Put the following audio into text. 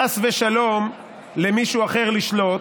חס ושלום, למישהו אחר לשלוט.